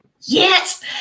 yes